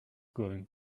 going